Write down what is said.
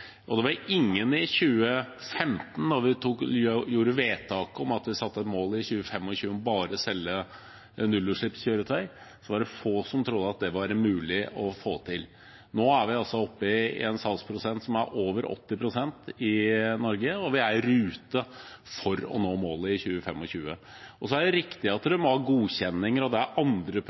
bl.a. elbiler, var det sånn at i 2010 jublet Norge for at vi solgte 430 eller 460 elbiler. Da vi i 2015 fattet vedtaket om å sette et mål om bare å selge nullutslippskjøretøy i 2025, var det få som trodde at det var mulig å få til. Nå er vi altså oppe i en salgsprosent på over 80 pst. i Norge, og vi er i rute for å nå målet i 2025. Det er riktig at man må ha godkjenninger og at det er andre